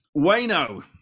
Wayno